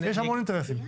יש המון אינטרסים.